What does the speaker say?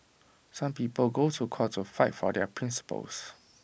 some people go to court to fight for their principles